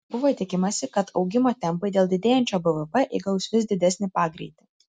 buvo tikimasi kad augimo tempai dėl didėjančio bvp įgaus vis didesnį pagreitį